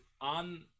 on